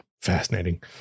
Fascinating